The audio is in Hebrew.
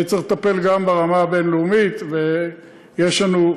צריך לטפל גם ברמה הבין-לאומית, ויש לנו,